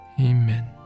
Amen